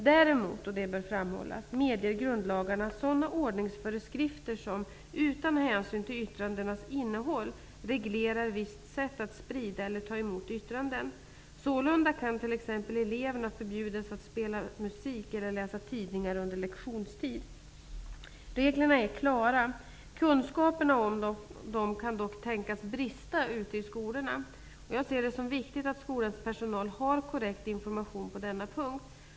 Däremot -- och det bör framhållas -- medger grundlagarna sådana ordningsföreskrifter som, utan hänsyn till yttrandenas innehåll, reglerar visst sätt att sprida eller ta emot yttranden. Sålunda kan t.ex. eleverna förbjudas att spela musik eller läsa tidningar under lektionstid. Reglerna är klara. Kunskaperna om dem kan dock tänkas brista ute i skolorna. Jag ser det som viktigt att skolans personal har korrekt information på denna punkt.